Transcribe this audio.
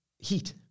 heat